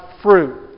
fruit